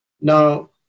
Now